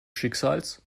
schicksals